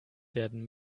werden